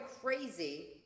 crazy